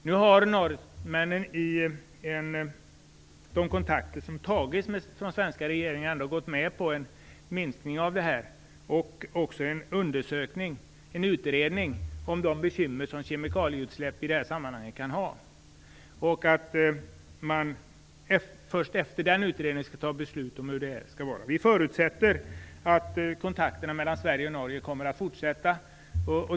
Nu har norrmännen vid de kontakter som har tagits från den svenska regeringen ändå gått med på en minskning och på att det görs en utredning av de bekymmer som kemikalieutsläpp kan medföra i detta sammanhang. Först efter den utredningen skall beslut fattas om hur det skall vara. Vi förutsätter att kontakterna mellan Sverige och Norge kommer att fortsätta.